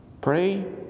Pray